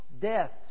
death